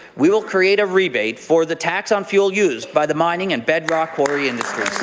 we will create a rebate for the tax on fuel used by the mining and bedrock quarry industry.